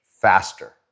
faster